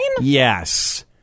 Yes